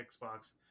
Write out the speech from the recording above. Xbox